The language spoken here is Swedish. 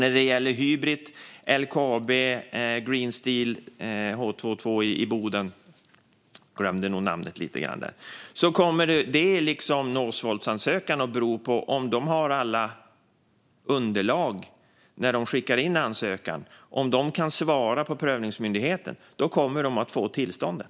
När det gäller Hybrit, LKAB, H2 Green Steel i Boden och Northvolt beror det på om de har alla underlag när de skickar in ansökan. Om de kan svara till prövningsmyndigheten kommer de att få tillstånden.